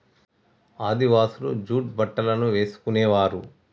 ఆదివాసులు జూట్ బట్టలను వేసుకునేవారు